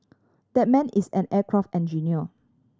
that man is an aircraft engineer